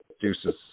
Deuces